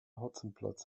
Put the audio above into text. hotzenplotz